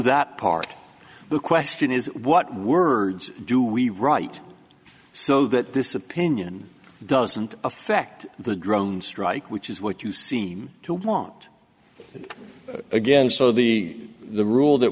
that part of the question is what words do we write so that this opinion doesn't affect the drone strike which is what you seem to want again so the the rule that